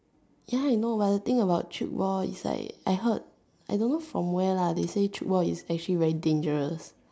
ya I know but the thing about trade war is like I heard I don't know from where lah they say trade war is actually very dangerous